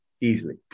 easily